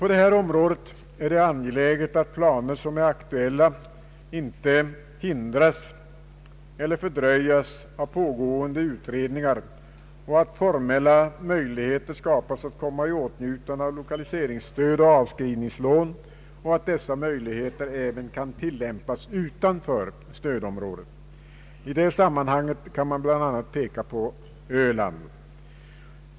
På detta område är det angeläget att aktuella planer inte hindras eller fördröjs av pågående utredningar och att formella möjligheter skapas att komma i åtnjutande av lokaliseringsstöd och avskrivningslån samt att dessa möjligheter även kan tillämpas utanför stödområdet. I det sammanhanget kan man bl.a. peka på öland.